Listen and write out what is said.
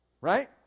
Right